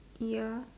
ya